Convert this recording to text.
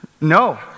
No